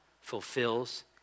fulfills